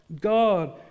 God